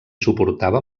suportava